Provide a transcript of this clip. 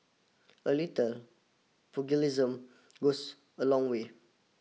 a little pugilism goes a long way